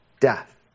death